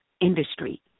industry